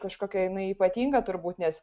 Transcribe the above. kažkokia jinai ypatinga turbūt nes